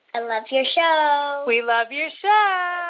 and love your show we love your show